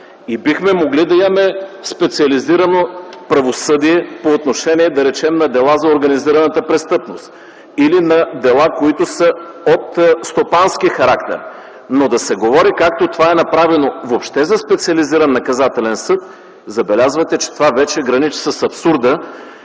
и бихме могли да имаме специализирано правосъдие по отношение, да речем, на дела за организираната престъпност или на дела, които са от стопански характер. Да се говори, както това е направено, въобще за специализиран наказателен съд, забелязвате, че това вече граничи с абсурда